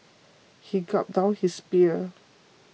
he gulped down his beer